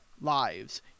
lives